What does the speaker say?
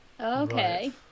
Okay